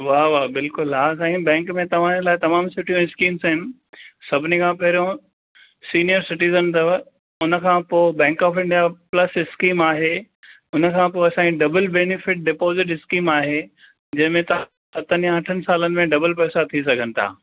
वाह वाह बिल्कुलु हा साईं बैंक में तव्हांजे लाइ तमाम सुठियूं स्कीम्स आहिनि सभिनी खां पहिरियों सीनियर सिटिज़न अथव उनखां पोइ Bank of India Plus scheme आहे उनखां पोइ असांजी डबल बैनिफिट डिपोज़िट स्कीम आहे जंहिंमें तव्हांजा सतनि या अठनि सालनि में डबल पैसा थी सघनि था